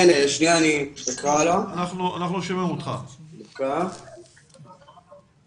אני אתן סקירה קצרה על כל הפעולות שנקטנו